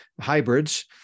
hybrids